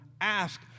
ask